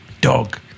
dog